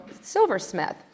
silversmith